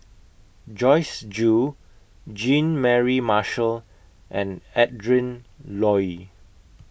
Joyce Jue Jean Mary Marshall and Adrin Loi